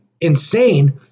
insane